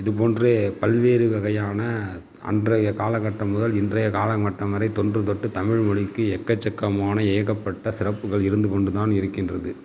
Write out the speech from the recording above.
இது போன்று பல்வேறு வகையான அன்றைய காலகட்டம் முதல் இன்றைய காலம் கட்டம் வரை தொன்றுதொட்டு தமிழ்மொழிக்கு எக்கச்சக்கமான ஏகப்பட்ட சிறப்புகள் இருந்து கொண்டு தான் இருக்கின்றது